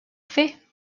fer